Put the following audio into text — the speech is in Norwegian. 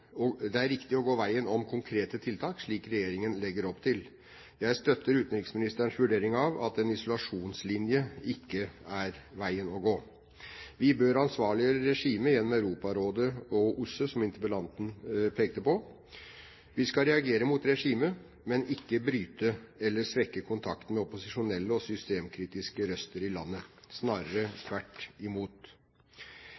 tror det er riktig å gå veien om konkrete tiltak, slik regjeringen legger opp til. Jeg støtter utenriksministerens vurdering av at en isolasjonslinje ikke er veien å gå. Vi bør ansvarliggjøre regimet gjennom Europarådet og OSSE, som interpellanten pekte på. Vi skal reagere mot regimet, men ikke bryte eller svekke kontakten med opposisjonelle og systemkritiske røster i landet – snarere